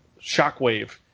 shockwave